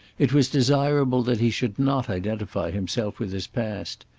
it was desirable that he should not identify himself with his past.